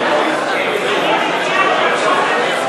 אין ממשלה.